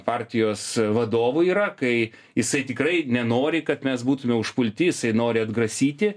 partijos vadovui yra kai jisai tikrai nenori kad mes būtume užpulti jisai nori atgrasyti